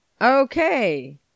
Okay